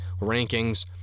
rankings